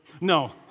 No